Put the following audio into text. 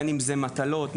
מטלות,